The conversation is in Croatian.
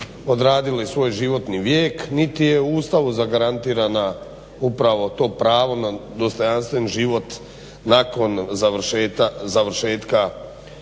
odradili svoj životni vijek niti je u Ustavu zagarantirana upravo to pravo na dostojanstven život nakon završetka svog